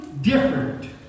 different